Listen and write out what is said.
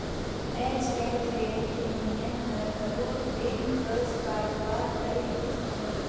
आएज काएल credit union हर घलो बेंक कस कारोबार करे लगिस अहे